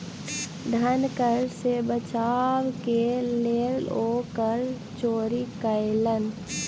धन कर सॅ बचाव के लेल ओ कर चोरी कयलैन